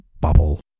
bubble